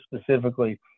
specifically